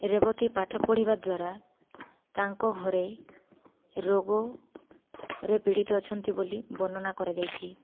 ରେବତୀ ପାଠ ପଢ଼ିବା ଦ୍ୱାରା ତାଙ୍କ ଘରେ ରୋଗରେ ପୀଡ଼ିତ ଅଛନ୍ତି ବୋଲି ବର୍ଣ୍ଣନା କରାଯାଇଛି